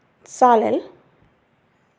सालेल